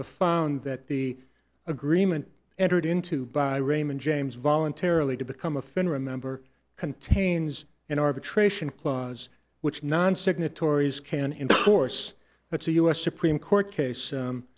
have found that the agreement entered into by raymond james voluntarily to become a finn remember contains an arbitration clause which non signatories can enforce it's a us supreme court case